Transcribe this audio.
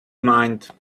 mind